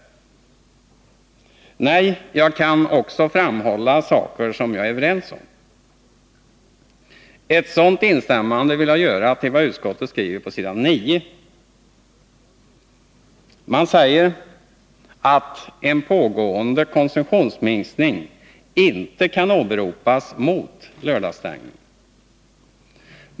Nej, jag kan också framhålla saker som jag är överens med utskottet om. Ett sådant instämmande vill jag göra i vad utskottet skriver på s. 9. Man säger där att en pågående konsumtionsminskning inte kan åberopas mot lördagsstängningen.